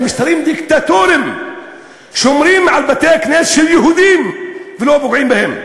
במשטרים דיקטטוריים שומרים על בתי-כנסת של יהודים ולא פוגעים בהם.